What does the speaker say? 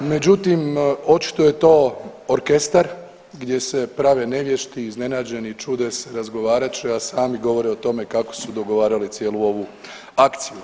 Međutim, očito je to orkestar gdje se prave nevješti, iznenađeni, čude se, razgovarat će, a sami govore o tome kako su dogovarali cijelu ovu akciju.